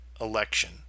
election